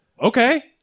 Okay